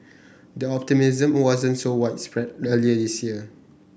the optimism wasn't so widespread earlier this year